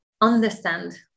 understand